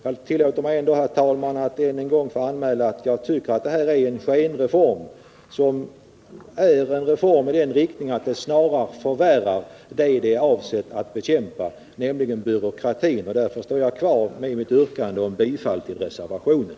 Jag tillåter mig ändå, herr talman, att än en gång anmäla att jag tycker att det här är en skenreform — en reform i den riktningen att den snarast förvärrar det som den är avsedd att bekämpa, nämligen byråkratin. Därför står jag kvar vid mitt yrkande om bifall till reservationen.